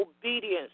obedience